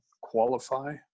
qualify